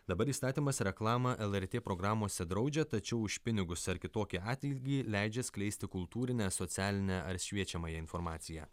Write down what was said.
dabar įstatymas reklamą lrt programose draudžia tačiau už pinigus ar kitokį atlygį leidžia skleisti kultūrinę socialinę ar šviečiamąją informaciją